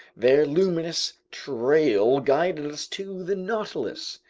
their luminous trail guided us to the nautilus.